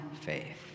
faith